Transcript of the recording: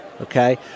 Okay